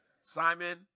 Simon